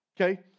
okay